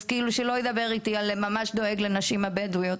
אז שלא ידבר אתי על דאגה לנשים הבדואיות.